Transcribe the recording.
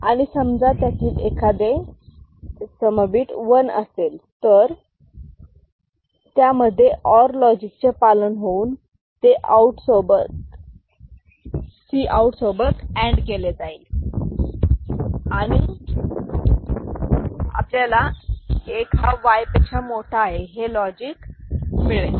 आणि समजा त्यातील एखादे समवेत व नसेल तर त्यामध्ये और लॉजिक चे पालन होऊन ते आऊट सोबत अंड केले जाईल आणि झालेला असेल यावरून आपल्याला एक हा Y पेक्षा मोठा आहे हे लॉजिक मिळेल